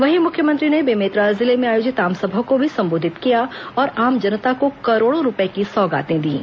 वहीं मुख्यमंत्री ने बेमेतरा जिले में आयोजित आमसभा को भी संबोधित किया और आम जनता को करोड़ों रूपए की सौगातें दीं